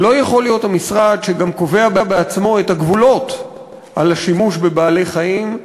לא יכול להיות המשרד שגם קובע בעצמו את הגבולות על השימוש בבעלי-חיים,